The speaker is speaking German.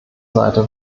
seite